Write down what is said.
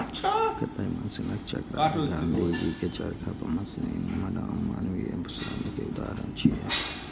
कताइ मशीनक चक्र आ गांधीजी के चरखा मशीन बनाम मानवीय श्रम के उदाहरण छियै